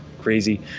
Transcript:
crazy